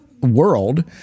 world